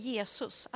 Jesus